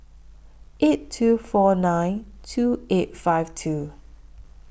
eight two four nine two eight five two